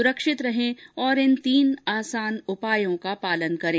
सुरक्षित रहें और इन तीन आसान उपायों का पालन करें